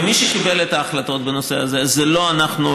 ומי שקיבל את ההחלטות בנושא הזה זה לא אנחנו,